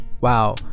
wow